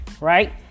right